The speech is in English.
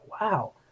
wow